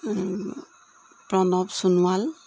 Pranab Sonowal